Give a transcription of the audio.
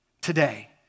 today